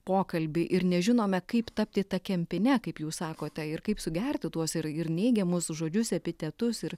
pokalbį ir nežinome kaip tapti ta kempine kaip jūs sakote ir kaip sugerti tuos ir ir neigiamus žodžius epitetus ir